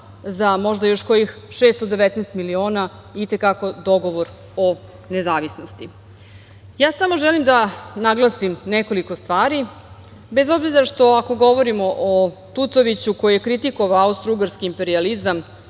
za možda još kojih 619 miliona i te kako dogovor o nezavisnosti. Ja samo želim da naglasim nekoliko stvari, bez obzira što ako govorimo o Tucoviću koji je kritikovao austrougarski imperijalizam,